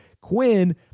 Quinn